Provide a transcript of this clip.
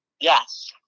Yes